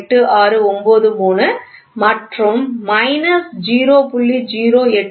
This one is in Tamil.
08693 மற்றும் மைனஸ் 0